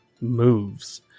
moves